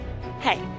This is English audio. Hey